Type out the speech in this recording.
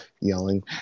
yelling